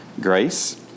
grace